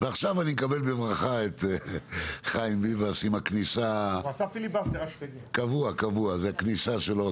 ועכשיו אני אקבל בברכה את חיים ביבס עם הכניסה הקבועה שלו.